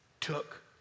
took